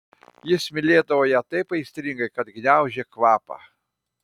jis mylėdavo ją taip aistringai kad gniaužė kvapą